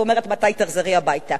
אומרת: מתי תחזרי הביתה?